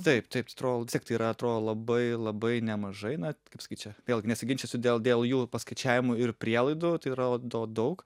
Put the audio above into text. taip taip strol vis tiek tai yra atrodo labai labai nemažai na kaip sakyt čia vėlgi nesiginčysiu dėl dėl jų paskaičiavimų ir prielaidų tai yra do daug